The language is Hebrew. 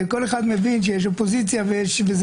כל אחד מבין שיש אופוזיציה, וזה